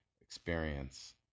experience